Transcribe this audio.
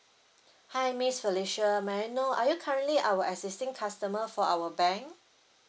hi miss felicia may I know are you currently our existing customer for our bank